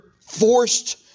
forced